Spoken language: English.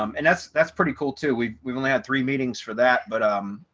um and that's, that's pretty cool, too. we've we've only had three meetings for that. but um,